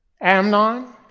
Amnon